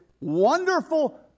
wonderful